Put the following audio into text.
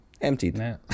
emptied